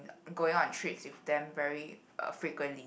going on trips with them very uh frequently